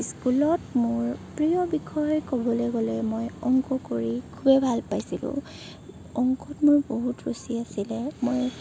স্কুলত মোৰ প্ৰিয় বিষয় ক'বলৈ গ'লে মই অংক কৰি খুবেই ভাল পাইছিলোঁ অংকত মোৰ বহুত ৰুচি আছিলে মই